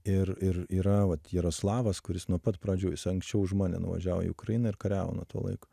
ir ir yra vat jeroslavas kuris nuo pat pradžių jis anksčiau už mane nuvažiavo į ukrainą ir kariavo nuo to laiko